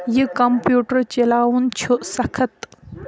یہِ کمپیوٗٹَر چلاوُن چھُ سخٕت